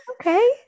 Okay